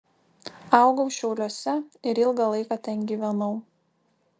augau šiauliuose ir ilgą laiką ten gyvenau